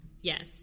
Yes